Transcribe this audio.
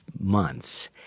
months